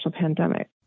pandemic